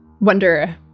Wonder